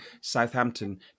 Southampton